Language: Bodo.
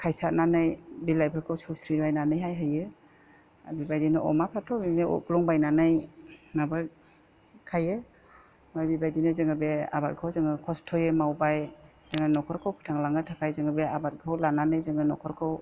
खायसारनानै बिलाइफोरखौ सौस्रिलायनानैहाय होयो आरो बेबायदिनो अमाफ्राथ' बिदिनो अरग्लंबायनानै माबाखायो आरो बेबायदिनो जोङो बे आबादखौ जोङो खस्त'यै मावबाय जोङो न'खरखौ फोथांलांनो थाखाय जोङो बे आबादखौ लानानै जोङो न'खरखौ